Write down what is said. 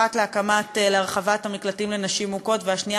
האחת להרחבת המקלטים לנשים מוכות והשנייה